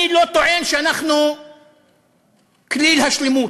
אני לא טוען שאנחנו כליל השלמות,